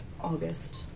August